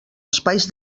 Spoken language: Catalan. espais